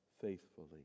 faithfully